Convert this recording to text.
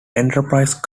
enterprise